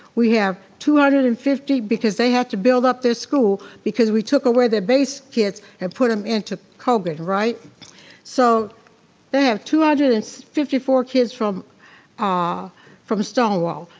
we have two hundred and fifty because they had to build up their school because we took away their base kids and put them into colgan. so they have two hundred and fifty four kids from ah from stonewall,